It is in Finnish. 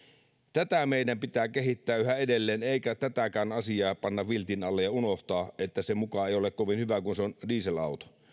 tätä meidän pitää kehittää yhä edelleen eikä tätäkään asiaa panna viltin alle ja unohdeta että se muka ei ole kovin hyvä kun se on dieselauto